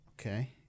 Okay